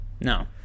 No